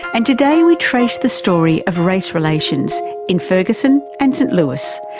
and today we trace the story of race relations in ferguson and st louis,